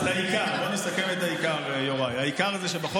אם זה לא חוק